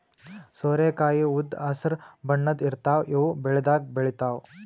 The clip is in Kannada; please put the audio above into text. ಸೋರೆಕಾಯಿ ಉದ್ದ್ ಹಸ್ರ್ ಬಣ್ಣದ್ ಇರ್ತಾವ ಇವ್ ಬೆಳಿದಾಗ್ ಬೆಳಿತಾವ್